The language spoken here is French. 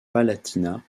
palatinat